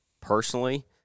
personally